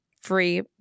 free